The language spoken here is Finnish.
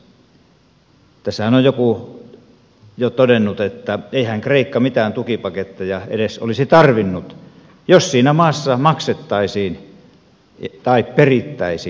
tässähän on joku jo todennut että eihän kreikka mitään tukipaketteja edes olisi tarvinnut jos siinä maassa maksettaisiin tai perittäisiin verot